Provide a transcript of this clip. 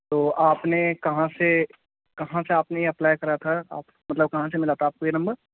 تو آپ نے کہاں سے کہاں سے آپ نے اپلائی کرا تھا آپ مطلب کہاں سے ملا تھا آپ کو یہ نمبر